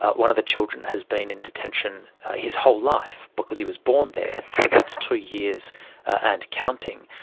one of the children has been in detention his whole life because he was born there, and that's two years and counting.